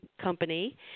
company